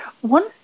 one